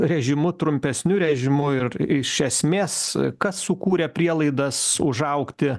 režimu trumpesniu režimu ir iš esmės kas sukūrė prielaidas užaugti